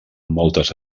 moltes